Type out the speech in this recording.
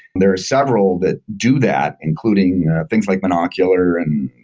there are several that do that including things like binoculars and,